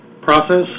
process